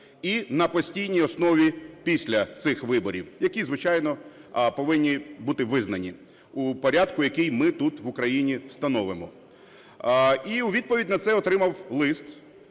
і на постійній основі – після цих виборів. Які, звичайно, повинні бути визнані у порядку, який ми тут, в Україні, встановимо. І у відповідь на це отримав лист